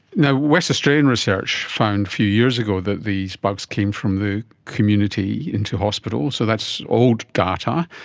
yeah west australian research found few years ago that these bugs came from the community into hospitals, so that's old data,